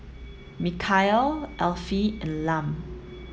Michaele Alfie and Lum